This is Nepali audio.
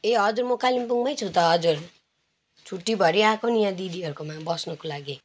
ए हजुर म कालिम्पोङमै छु त हजुर छुट्टीभरि आएको नि यहाँ दिदीहरूकोमा बस्नुको लागि